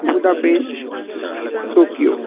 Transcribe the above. Budapest Tokyo